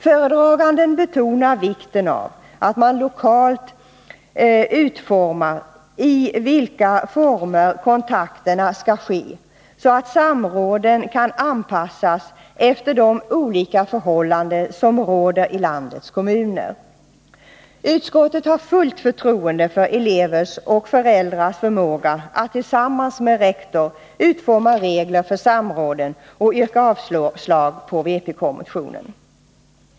Föredraganden betonar vikten av att man lokalt bestämmer i vilka former kontakterna skall ske så att samråden kan anpassas efter de olika förhållanden som råder i landets kommuner. Utskottet har fullt förtroende för elevers och föräldrars förmåga att tillsammans med rektor utforma regler för samråden och yrkar därför avslag på vpk-motionen.